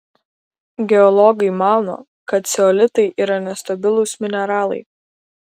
geologai mano kad ceolitai yra nestabilūs mineralai